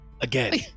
Again